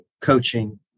coaching